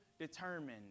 determined